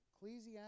Ecclesiastes